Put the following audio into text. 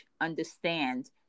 understand